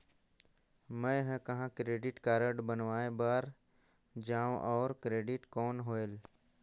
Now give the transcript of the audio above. मैं ह कहाँ क्रेडिट कारड बनवाय बार जाओ? और क्रेडिट कौन होएल??